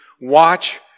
watch